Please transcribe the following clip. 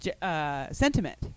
Sentiment